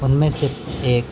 ان میں سے ایک